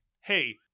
hey